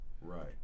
Right